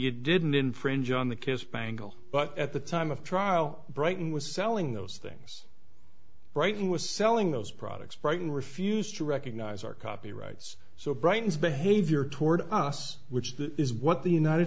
you didn't infringe on the kid's bangle but at the time of trial brighton was selling those things writing was selling those products brighton refused to recognize our copyrights so brighton's behavior toward us which is what the united